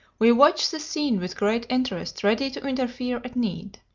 we watched the scene with great interest, ready to interfere at need.